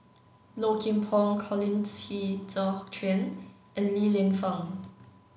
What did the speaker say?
Low Kim Pong Colin Qi Zhe Quan and Li Lienfung